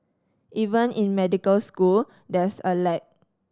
even in medical school there's a lag